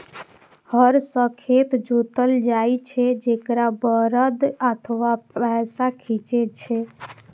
हर सं खेत जोतल जाइ छै, जेकरा बरद अथवा भैंसा खींचै छै